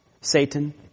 Satan